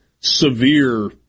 severe